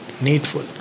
needful